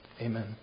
amen